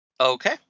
Okay